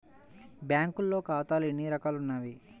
బ్యాంక్లో ఖాతాలు ఎన్ని రకాలు ఉన్నావి?